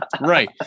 Right